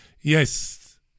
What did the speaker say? Yes